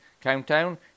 Countdown